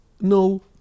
no